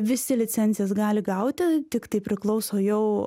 visi licencijas gali gauti tiktai priklauso jau